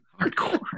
Hardcore